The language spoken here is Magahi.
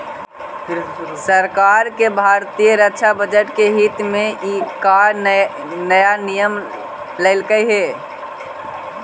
सरकार ने भारतीय रक्षा बजट के हित में का नया नियम लइलकइ हे